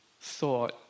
thought